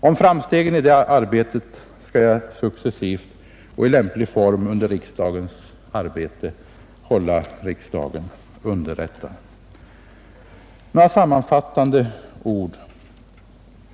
Om framstegen i det arbetet skall jag successivt och i lämplig form hålla riksdagen underrättad. Några sammanfattande ord!